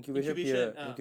incubation ah